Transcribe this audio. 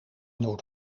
noord